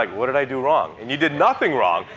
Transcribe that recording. like what did i do wrong? and you did nothing wrong.